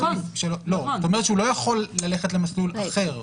הוא לא יכול ללכת למסלול אחר.